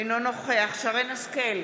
אינו נוכח שרן מרים השכל,